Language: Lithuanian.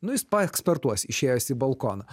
nu jis paekspertuos išėjęs į balkoną